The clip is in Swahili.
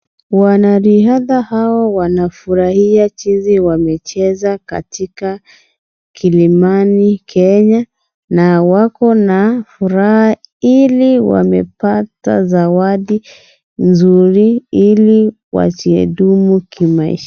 Wanariadha hawa wanafurahia jinsi wamecheza katika kilimani Kenya na wako na furaha hili wamepata zawadi nzuri ili wajidumu kimaisha.